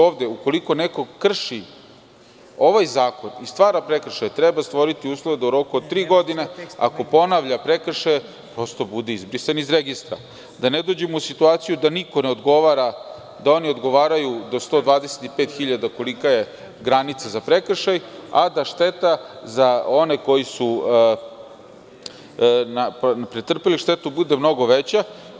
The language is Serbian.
Ovde, ukoliko neko krši ovaj zakon i stvara prekršaj, treba stvoriti uslove da u roku od tri godine, ako ponavlja prekršaje, prosto bude izbrisan iz registra, da ne dođemo u situaciju da niko ne odgovara, da oni odgovaraju do 125.000, kolika je granica za prekršaj, a da šteta za one koji su pretrpeli štetu bude mnogo veća.